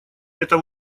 это